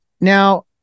Now